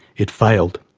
it failed.